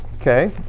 okay